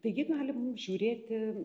taigi galim žiūrėti